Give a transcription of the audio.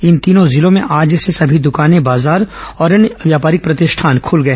इन तीनों जिलों में आज से सभी दकानें बाजार और अन्य व्यापारिक प्रतिष्ठान खत्ल गए